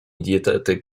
dietetyk